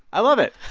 i love it.